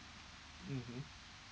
mmhmm